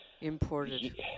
imported